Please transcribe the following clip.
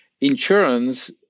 Insurance